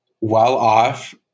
well-off